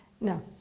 no